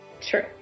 True